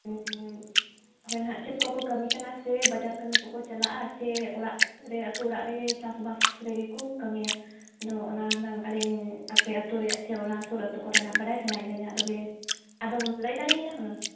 ᱦᱳᱭ ᱦᱟᱸᱜ ᱪᱮᱫ ᱠᱚ ᱠᱚ ᱠᱟᱹᱢᱤ ᱠᱟᱱᱟ ᱥᱮ ᱵᱟᱡᱟᱨ ᱠᱟᱹᱢᱤ ᱠᱚ ᱠᱚ ᱪᱟᱞᱟᱜᱼᱟ ᱥᱮ ᱚᱲᱟᱜ ᱨᱮ ᱟᱛᱳ ᱚᱲᱟᱜ ᱨᱮᱜᱮ ᱪᱟᱥᱵᱟᱥ ᱨᱮᱜᱮ ᱠᱚ ᱠᱟᱹᱢᱤᱭᱟ ᱟᱫᱚ ᱚᱱᱟ ᱦᱩᱱᱟᱹᱝ ᱟᱹᱞᱤᱧ ᱟᱯᱮ ᱟᱛᱳ ᱨᱮᱭᱟᱜ ᱥᱮ ᱚᱱᱟ ᱥᱩᱨ ᱟᱛᱳ ᱠᱚᱨᱮᱱᱟᱜ ᱵᱟᱲᱟᱭ ᱥᱟᱱᱟᱭᱮᱫᱤᱧᱟᱹ ᱟᱫᱚ ᱟᱫᱚᱢ ᱞᱟᱹᱭᱫᱟᱲᱮᱭᱟᱹᱧᱟᱹ ᱦᱩᱱᱟᱹᱝ